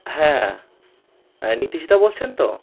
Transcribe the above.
হ্যাঁ নীতীশ দা বলছেন তো